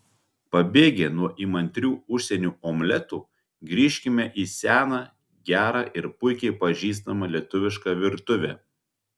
pabėgę nuo įmantrių užsienio omletų grįžkime į seną gerą ir puikiai pažįstamą lietuvišką virtuvę